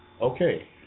Okay